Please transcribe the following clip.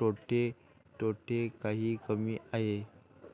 तोटे काही कमी आहेत